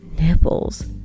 nipples